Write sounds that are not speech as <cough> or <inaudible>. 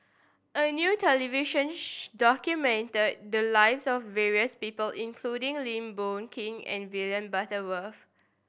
a new television <unintelligible> documented the lives of various people including Lim Boon Keng and William Butterworth